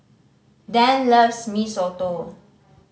Dann loves Mee Soto